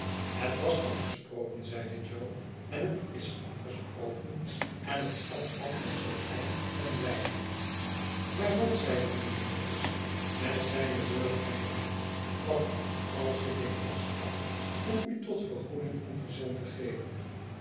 het was afgesproken zeide jo en het is afgesproken en het zal altijd zoo zijh en blijven maar wat zeide mijnheer jaggers met zijne beurs bengelende wat alsjikinlast had ora u tot vergoeding een present te geven